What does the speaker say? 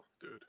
dude